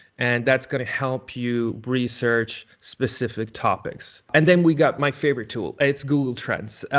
and that's gonna help you research specific topics. and then we got my favorite tool, it's google trends.